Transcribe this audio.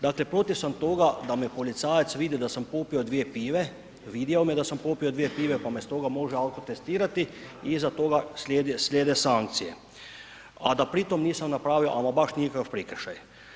Dakle protiv sam toga da me policajac vidi da sam popio dvije pive, vidio me da sam popio dvije pive pa me stoga može alkotestirali i iza toga slijede sankcije a da pritom nisam napravio ama baš nikakav prekršaj.